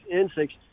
insects